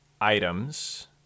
items